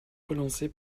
relancé